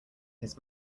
his